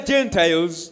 Gentiles